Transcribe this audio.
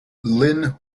lyn